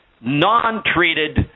non-treated